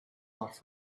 off